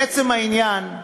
לעצם העניין,